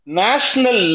national